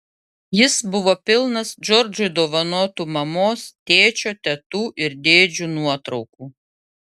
jis buvo pilnas džordžui dovanotų mamos tėčio tetų ir dėdžių nuotraukų